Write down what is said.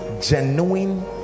genuine